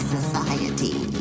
Society